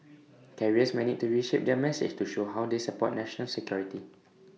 carriers may need to reshape their message to show how they support national security